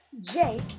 Jake